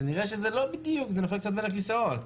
אבל נראה שזה נופל קצת בין הכיסאות,